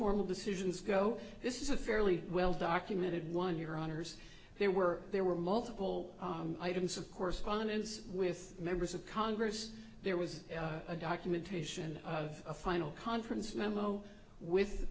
formal decisions go this is a fairly well documented one your honour's there were there were multiple items of correspondence with members of congress there was a documentation of a final conference memo with